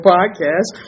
Podcast